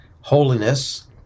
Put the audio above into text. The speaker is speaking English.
holiness